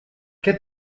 qué